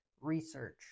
research